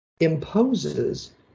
imposes